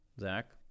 Zach